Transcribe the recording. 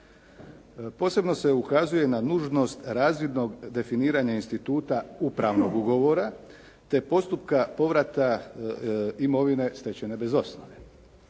Posebno se ukazuje na nužnost razvidnog definiranja instituta upravnog ugovora te postupka povrata imovine stečene bez osnove.